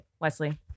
Wesley